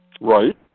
Right